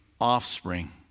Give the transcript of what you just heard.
offspring